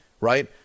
right